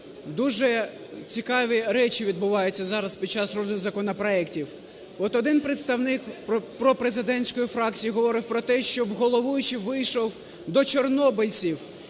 Дуже цікаві речі відбуваються зараз під час розгляду законопроектів. От один представник пропрезидентської фракції говорив про те, щоб головуючий вийшов до чорнобильців